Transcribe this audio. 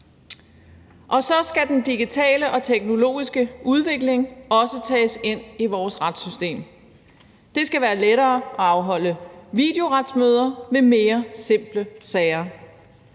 Og så skal den digitale og teknologiske udvikling også tages ind i vores retssystem. Det skal være lettere at afholde videoretsmøder ved mere simple sager.